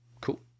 Cool